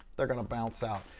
they're gonna bounce out.